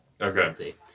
Okay